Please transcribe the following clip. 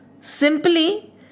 simply